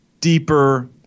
deeper